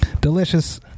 delicious